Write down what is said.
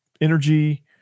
energy